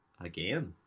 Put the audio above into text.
again